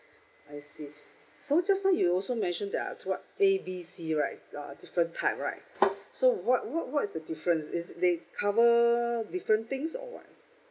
I see so just now you also mention there are what A B C right uh different type right so what what what is the difference is they cover different things or what